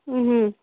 ಹ್ಞೂ ಹ್ಞೂ